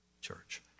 church